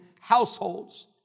households